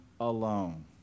alone